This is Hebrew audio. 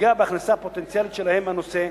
ופוגע בהכנסה הפוטנציאלית שלהן מהנושא,